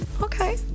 Okay